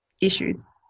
issues